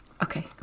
Okay